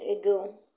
ago